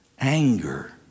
Anger